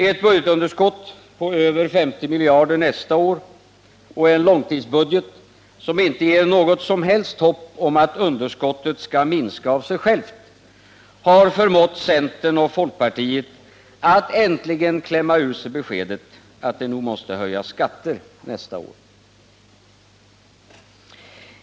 Ett budgetunderskott på över 50 miljarder nästa år och en långtidsbudget som inte ger något som helst hopp om att underskottet skall minska av sig självt har förmått centern och folkpartiet att äntligen klämma ur sig beskedet att det nog måste höjas skatter nästa år.